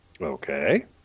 Okay